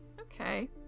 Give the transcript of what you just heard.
Okay